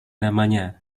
namanya